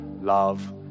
love